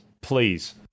please